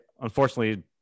unfortunately